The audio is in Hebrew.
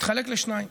נחלק לשניים,